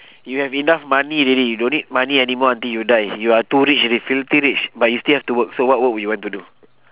you have enough money already you don't need money anymore until you die you are too rich already filthy rich but you still have to work so what work would you want to do